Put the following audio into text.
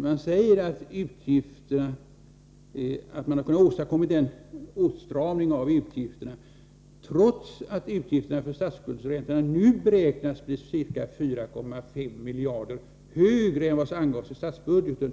Man säger först att åtstramningen av utgifterna ”har kunnat åstadkommas trots att utgifterna för statsskuldräntorna nu beräknas bli ca 4,5 miljarder kr. högre än vad som angavs i statsbudgeten”.